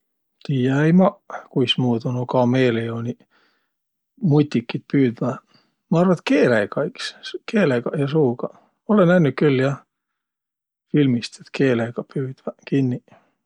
Tiiä-äi maq, kuismuudu nuuq kameeleoniq mutikit püüdväq. Ma arva et keelega iks, s- keelegaq ja suugaq. Ma olõ nännüq jah filmist, et keelegaq püüdväq kinniq.